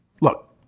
Look